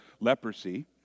leprosy